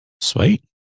Sweet